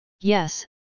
Yes